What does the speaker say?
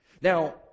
Now